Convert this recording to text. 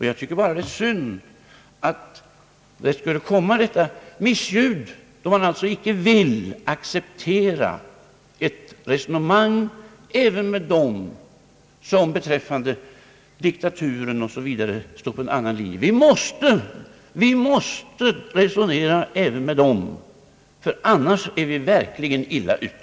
Jag tycker bara det är skada när man inte vill acceptera ett resonemang med dem, som står på en annan linje beträffande diktatur och dylika frågor. Vi måste resonera även med dem, annars är vi verkligen illa ute.